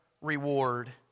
reward